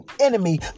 enemy